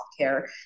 healthcare